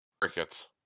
Crickets